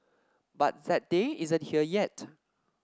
but that day isn't here yet